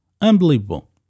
Unbelievable